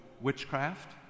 witchcraft